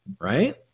right